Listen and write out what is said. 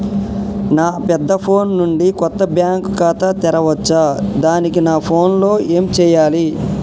నా పెద్ద ఫోన్ నుండి కొత్త బ్యాంక్ ఖాతా తెరవచ్చా? దానికి నా ఫోన్ లో ఏం చేయాలి?